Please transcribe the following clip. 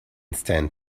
stand